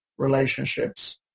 relationships